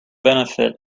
benefit